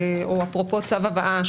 או אפרופו צו הבאה,